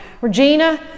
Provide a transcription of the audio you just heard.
Regina